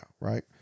right